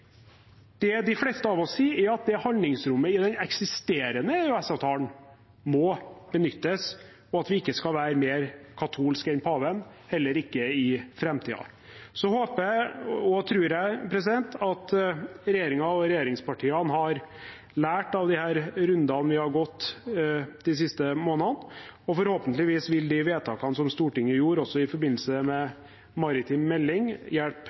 Det de fleste av oss sier, er at handlingsrommet i den eksisterende EØS-avtalen må benyttes, og at vi ikke skal være mer katolsk enn paven, heller ikke i framtiden. Så håper og tror jeg at regjeringen og regjeringspartiene har lært av disse rundene vi har gått de siste månedene, og forhåpentligvis vil de vedtakene som Stortinget gjorde – også i forbindelse med maritim melding